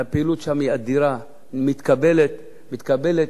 והפעילות שם היא אדירה, היא מתקבלת בתמימות,